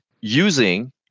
using